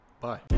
Bye